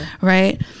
right